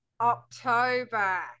October